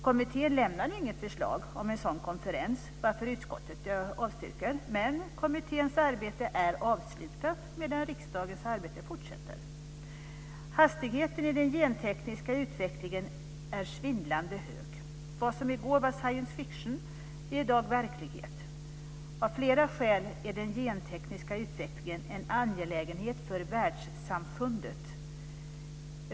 Kommittén lämnade inget förslag om en sådan konferens, varför utskottet avstyrker. Men kommitténs arbete är avslutat medan riksdagens arbete fortsätter. Hastigheten i den gentekniska utvecklingen är svindlande hög. Vad som i går var science fiction är i dag verklighet. Av flera skäl är den gentekniska utvecklingen en angelägenhet för världssamfundet.